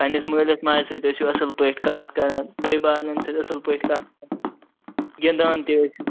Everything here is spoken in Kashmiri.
پنٕنِس مٲلِس ماجہِ سۭتۍ ٲسِو اصل پٲٹھۍ کتھ کران بٔیبارنٮ۪ن سۭتۍ ٲسِو اصٕل پٲٹھی کتھ کران گِندان تہِ ٲسِو